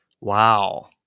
wow